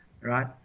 Right